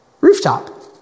Rooftop